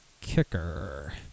Kicker